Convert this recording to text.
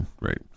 Right